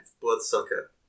Bloodsucker